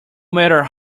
matter